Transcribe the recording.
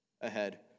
ahead